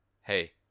hey